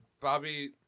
Bobby